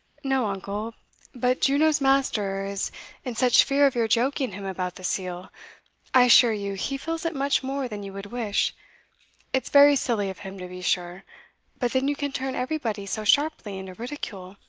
no, uncle but juno's master is in such fear of your joking him about the seal i assure you, he feels it much more than you would wish it's very silly of him, to be sure but then you can turn everybody so sharply into ridicule